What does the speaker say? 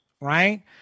right